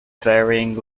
varying